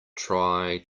try